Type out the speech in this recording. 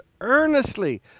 earnestly